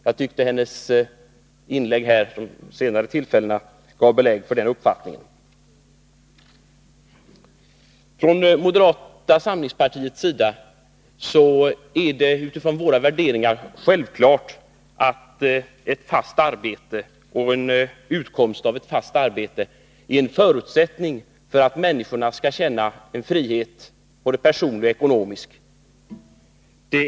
Jag tycker att hennes senare inlägg har givit belägg för den uppfattningen. Utifrån våra värderingar inom moderata samlingspartiet är det självklart att utkomsten av ett fast arbete är en förutsättning för att människor skall känna personlig och ekonomisk frihet.